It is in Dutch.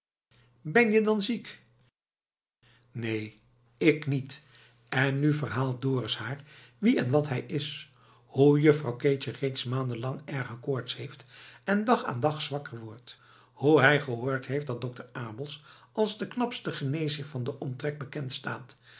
ben je dan ziek neen ik niet en nu verhaalt dorus haar wie en wat hij is hoe juffrouw keetje reeds maanden lang erge koorts heeft en dag aan dag zwakker wordt hoe hij gehoord heeft dat dokter abels als de knapste geneesheer van den omtrek bekendstaat